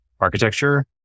architecture